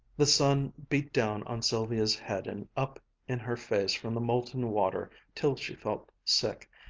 the sun beat down on sylvia's head and up in her face from the molten water till she felt sick,